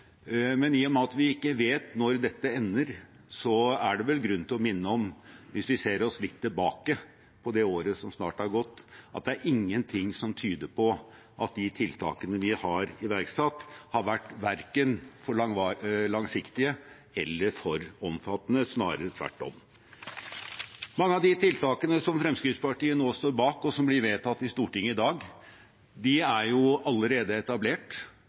men i og med at vi ikke vet når dette ender, er det vel grunn til å minne om at hvis vi ser tilbake på det året som snart har gått, er det ingenting som tyder på at de tiltakene vi har iverksatt, har vært verken for langsiktige eller for omfattende – snarere tvert om. Mange av de tiltakene som Fremskrittspartiet nå står bak, og som blir vedtatt i Stortinget i dag, er allerede etablert.